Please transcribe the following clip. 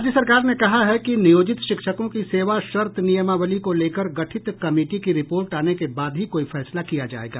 राज्य सरकार ने कहा है कि नियोजित शिक्षकों की सेवा शर्त नियमावली को लेकर गठित कमिटी की रिपोर्ट आने के बाद ही कोई फैसला किया जायेगा